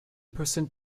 percent